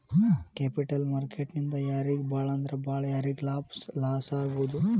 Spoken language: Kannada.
ಕ್ಯಾಪಿಟಲ್ ಮಾರ್ಕೆಟ್ ನಿಂದಾ ಯಾರಿಗ್ ಭಾಳಂದ್ರ ಭಾಳ್ ಯಾರಿಗ್ ಲಾಸಾಗ್ಬೊದು?